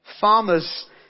Farmers